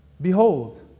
behold